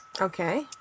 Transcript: Okay